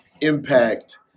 impact